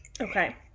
okay